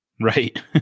Right